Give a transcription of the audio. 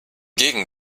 gegen